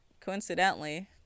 Coincidentally